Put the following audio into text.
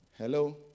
Hello